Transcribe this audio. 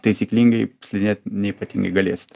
taisyklingai slidinėt neypatingai galėsit